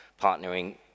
partnering